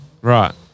Right